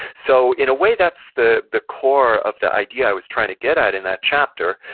so in a way that's the the core of the idea i was trying to get at in that chapter,